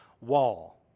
Wall